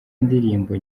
indirimbo